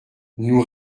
nous